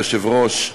אדוני היושב-ראש,